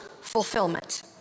fulfillment